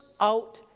out